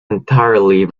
entirely